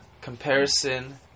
Comparison